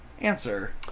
answer